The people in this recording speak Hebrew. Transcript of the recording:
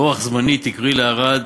באורח זמני תקראי לערד